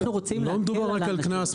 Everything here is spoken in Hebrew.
אנחנו רוצים --- לא מדובר רק הקנס,